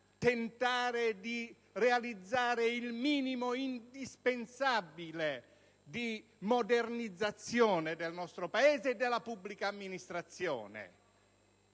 tentare di realizzare il minimo indispensabile di modernizzazione del nostro Paese e della pubblica amministrazione.